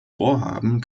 vorhaben